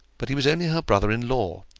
but he was only her brother-in-law,